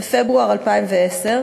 בפברואר 2010,